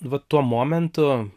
va tuo momentu